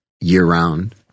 year-round